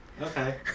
Okay